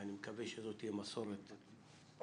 ואני מקווה שזאת תהיה מסורת מתמשכת.